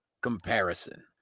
comparison